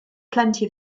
plenty